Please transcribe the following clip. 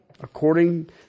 according